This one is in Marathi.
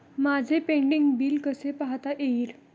माझे पेंडींग बिल कसे पाहता येईल?